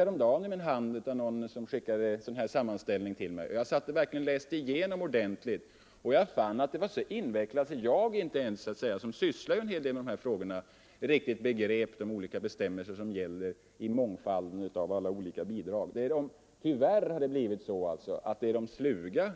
Häromdagen skickade någon en sådan sammanställning till mig. Jag läste igenom den ordentligt, men jag fann den så invecklad att inte ens jag, som ändå sysslar en hel del med sådana saker, riktigt begrep de olika bestämmelser som gäller i mångfalden av bidrag. Tyvärr har det alltså blivit så att det är de sluga